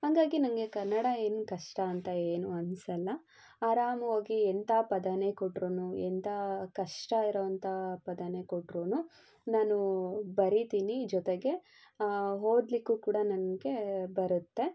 ಹಂಗಾಗಿ ನನಗೆ ಕನ್ನಡ ಏನು ಕಷ್ಟ ಅಂತ ಏನು ಅನಿಸಲ್ಲ ಆರಾಮವಾಗಿ ಎಂಥ ಪದವೇ ಕೊಟ್ರು ಎಂಥ ಕಷ್ಟ ಇರುವಂಥ ಪದವೇ ಕೊಟ್ರು ನಾನು ಬರಿತೀನಿ ಜೊತೆಗೆ ಓದ್ಲಿಕ್ಕು ಕೂಡ ನನ್ಗೆ ಬರುತ್ತೆ